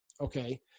okay